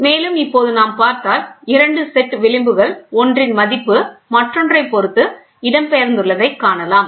மேலும் இப்பொழுது நாம் பார்த்தால் இரண்டு செட் விளிம்புகள் ஒன்றின் மதிப்பு மற்றொன்றை பொருத்து இடம்பெயர்ந்துள்ளதைக் காணலாம்